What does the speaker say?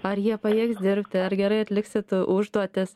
ar jie pajėgs dirbti ar gerai atliksit užduotis